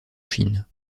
chine